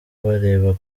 bareba